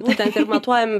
būtent ir matuojam